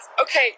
Okay